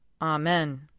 Amen